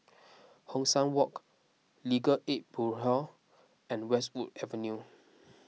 Hong San Walk Legal Aid Bureau and Westwood Avenue